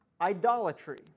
idolatry